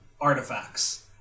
artifacts